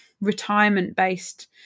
retirement-based